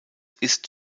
ist